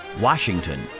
Washington